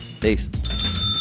Peace